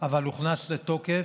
אבל הוכנס לתוקף,